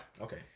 Okay